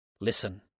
Listen